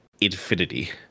infinity